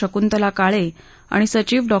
शकुंतला काळे आणि सचिव डॉ